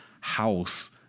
house